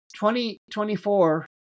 2024